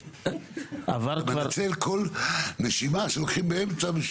מנצל כל נשימה שלוקחים באמצע.